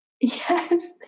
Yes